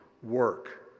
work